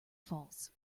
false